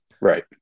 Right